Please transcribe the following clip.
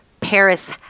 Paris